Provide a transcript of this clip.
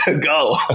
go